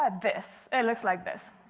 ah this it looks like this.